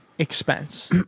expense